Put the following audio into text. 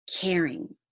Caring